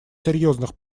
серьезных